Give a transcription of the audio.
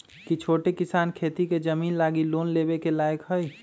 कि छोट किसान खेती के जमीन लागी लोन लेवे के लायक हई?